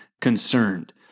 concerned